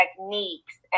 techniques